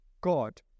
God